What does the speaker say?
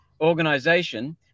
organization